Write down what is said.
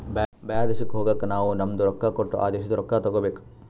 ಬೇರೆ ದೇಶಕ್ ಹೋಗಗ್ ನಾವ್ ನಮ್ದು ರೊಕ್ಕಾ ಕೊಟ್ಟು ಆ ದೇಶಾದು ರೊಕ್ಕಾ ತಗೋಬೇಕ್